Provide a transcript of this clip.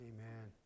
Amen